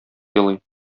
елый